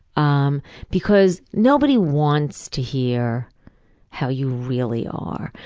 um because nobody wants to hear how you really are.